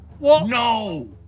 No